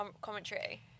commentary